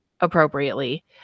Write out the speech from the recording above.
appropriately